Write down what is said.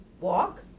walk